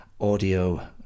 audio